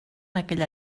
aquella